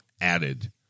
added